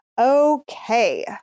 Okay